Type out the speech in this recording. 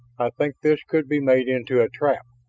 i think this could be made into a trap.